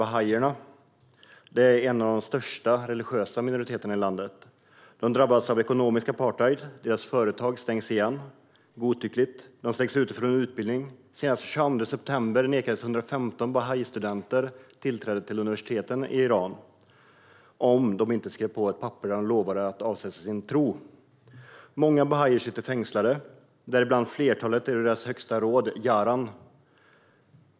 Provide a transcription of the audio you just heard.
Bahaierna är en av de största religiösa minoriteterna. De drabbas av ekonomisk apartheid, och deras företag stängs godtyckligt igen. De stängs också ute från utbildning. Den 22 september nekades 115 bahaistudenter tillträde till universiteten i Iran om de inte skrev på ett papper där de lovade att avsäga sig sin tro. Många bahaier sitter fängslade, däribland flertalet i deras högsta råd, yaran.